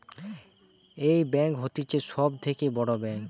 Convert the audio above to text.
এই ব্যাঙ্ক হতিছে সব থাকে বড় ব্যাঙ্ক